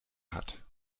hat